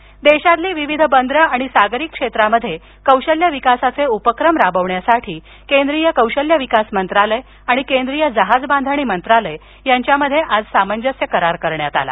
करार देशातील विविध बंदर आणि सागरी क्षेत्रात कौशल्य विकासाचे उपक्रम राबविण्यासाठी केंद्रीय कौशल्य विकास मंत्रालय आणि केंद्रीय जहाज बांधणी मंत्रालय यांच्यात आज सामंजस्य करार करण्यात आला